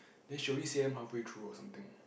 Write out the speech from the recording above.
then should we say them halfway through or something